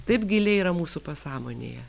taip giliai yra mūsų pasąmonėje